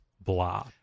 blah